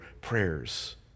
prayers